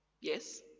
Yes